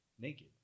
naked